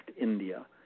India